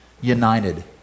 united